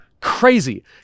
crazy